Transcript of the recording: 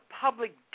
public